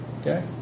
Okay